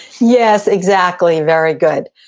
yes, exactly, very good.